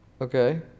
okay